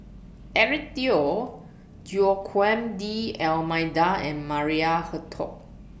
Eric Teo Joaquim D'almeida and Maria Hertogh